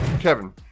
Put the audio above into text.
Kevin